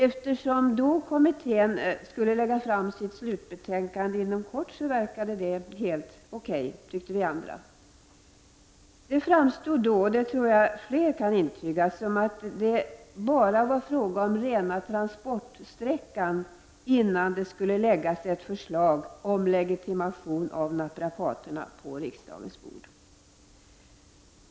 Efersom kommittén då skulle lägga fram sitt slutbetänkande inom kort, verkade det helt okej, tyckte vi andra. Det framstod då — det tror jag att fler kan intyga — som om det bara var fråga om rena transportsträckan innan det skulle läggas fram ett förslag på riksdagens bord om legitimation av naprapater.